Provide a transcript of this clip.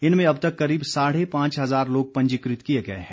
इनमें अब तक करीब साढ़े पांच हजार लोग पंजीकृत किए गए हैं